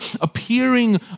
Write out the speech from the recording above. appearing